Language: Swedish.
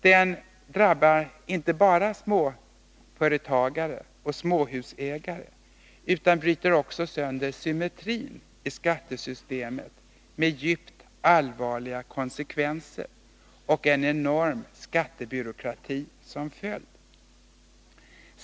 Den drabbar inte bara småföretagare och småhusägare utan bryter också sönder symmetrin i skattesystemet med en enorm skattebyråkrati och andra allvarliga konsekvenser som följd.